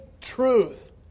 truth